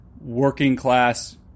working-class